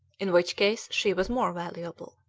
in which case she was more valuable.